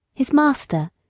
his master,